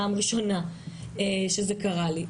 פעם ראשונה שזה קרה לי,